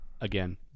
again